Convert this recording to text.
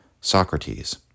Socrates